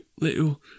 little